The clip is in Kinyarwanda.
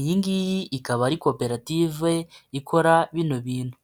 iyingiyi ikaba ari koperative ikora bino bintu.